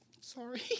Sorry